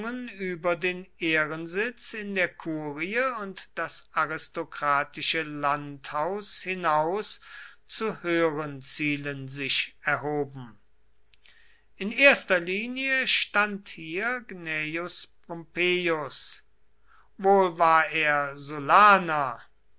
über den ehrensitz in der kurie und das aristokratische landhaus hinaus zu höheren zielen sich erhoben in erster linie stand hier gnaeus pompeius wohl war er